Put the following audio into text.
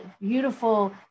beautiful